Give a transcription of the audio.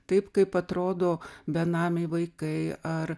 taip kaip atrodo benamiai vaikai ar